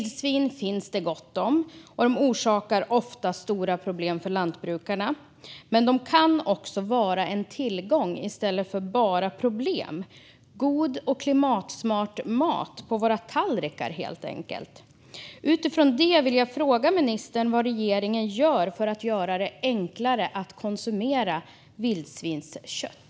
Det finns gott om vildsvin, och de orsakar ofta stora problem för lantbrukarna. Men de kan också vara en tillgång i stället för bara ett problem - god och klimatsmart mat på våra tallrikar, helt enkelt. Utifrån det vill jag fråga ministern vad regeringen gör för att göra det enklare att konsumera vildsvinskött.